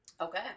Okay